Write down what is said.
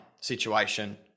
Situation